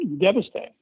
devastating